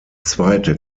zweite